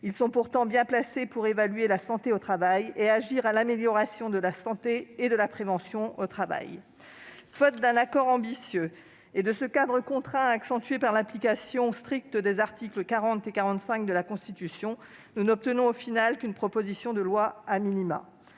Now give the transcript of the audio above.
Ils sont pourtant bien placés pour évaluer la santé au travail et pour agir en faveur de son amélioration et de la prévention. Faute d'un accord ambitieux et de ce cadre contraint, accentué par l'application stricte des articles 40 et 45 de la Constitution, nous n'obtenons au final qu'une proposition de loi.